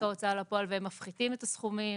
ההוצאה לפועל והם מפחיתים את הסכומים,